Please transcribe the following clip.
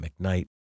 McKnight